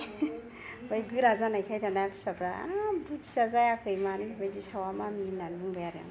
ओमफ्राय गोरा जानाइखाय दाना फिसाफ्रा हाब रुथिआ जायाखै मानो बेबादि सावा मामि होनना बुंबाय आरो आंखौ